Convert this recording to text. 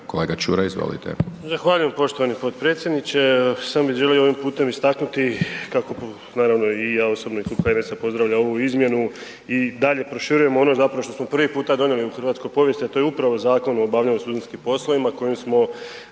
kolega Čuraj izvolite.